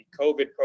COVID